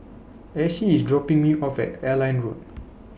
Ashby IS dropping Me off At Airline Road